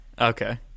Okay